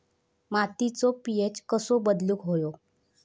मातीचो पी.एच कसो बदलुक होयो?